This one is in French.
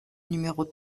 numéros